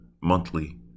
monthly